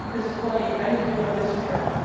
this is funny, i didn't do it on this trip,